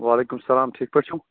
وعلیکُم سَلام ٹھیٖک پٲٹھۍ چھِو